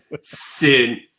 Sin